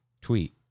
tweet